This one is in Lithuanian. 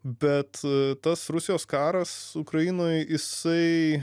bet tas rusijos karas ukrainoj jisai